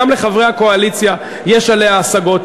גם לחברי הקואליציה יש עליה השגות.